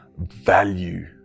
value